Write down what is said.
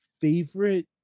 favorite